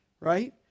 right